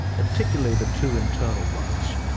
particularly the two internal ones.